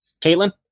Caitlin